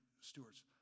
stewards